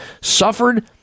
suffered